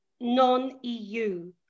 non-EU